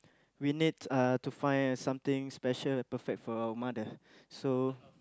we need uh to find something special and perfect for our mother so